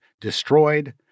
destroyed